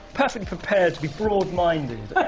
perfectly prepared to be broad-minded.